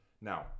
Now